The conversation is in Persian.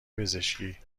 پزشکی